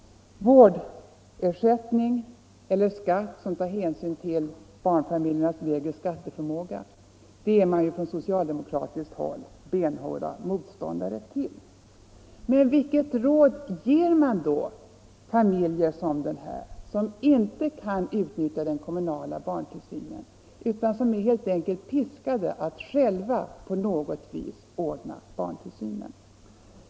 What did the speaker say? Vårdersättning eller skatteskalor som tar hänsyn till barnfamiljernas lägre skatteförmåga är man på socialdemokratiskt håll benhård motståndare till. Vilket råd ger man då familjer som denna, som inte kan utnyttja den kommunala barntillsynen utan helt enkelt är piskade att själva på något sätt ordna barntillsynen?